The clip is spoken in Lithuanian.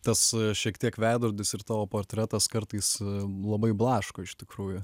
tas šiek tiek veidrodis ir tavo portretas kartais labai blaško iš tikrųjų